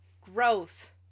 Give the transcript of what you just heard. Growth